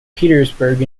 petersburg